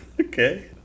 Okay